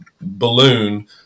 balloon